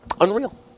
Unreal